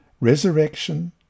resurrection